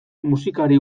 musikari